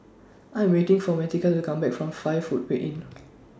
I'm waiting For Martika to Come Back from five Footway Inn